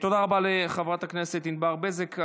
תודה רבה לחברת הכנסת ענבר בזק.